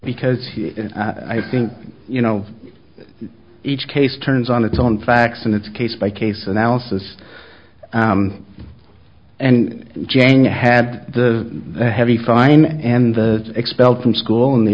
because i think you know each case turns on its own facts and it's case by case analysis and jane had the heavy fine and expelled from school in the